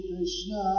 Krishna